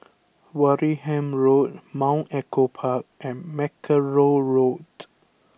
Wareham Road Mount Echo Park and Mackerrow Road